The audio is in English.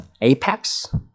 Apex